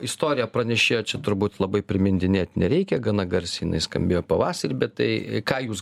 istorija pranešėjo čia turbūt labai primindinėt nereikia gana garsiai jinai skambėjo pavasarį bet tai ką jūs